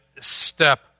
step